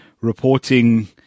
reporting